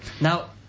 Now